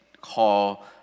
call